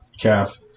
calf